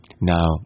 now